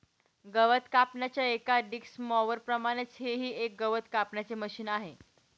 गवत कापण्याच्या एका डिक्स मॉवर प्रमाणेच हे ही एक गवत कापण्याचे मशिन आहे